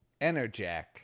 Enerjack